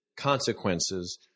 consequences